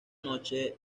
noche